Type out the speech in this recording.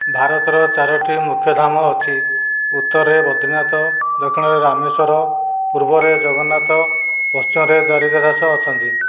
ଭାରତର ଚାରୋଟି ମୁଖ୍ୟଧାମ ଅଛି ଉତ୍ତରରେ ବଦ୍ରିନାଥ ଦକ୍ଷିଣରେ ରାମେଶ୍ବର ପୂର୍ବରେ ଜଗନ୍ନାଥ ପଶ୍ଚିମରେ ଦ୍ବାରିକା ଦାସ ଅଛନ୍ତି